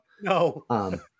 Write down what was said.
No